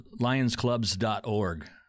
Lionsclubs.org